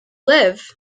live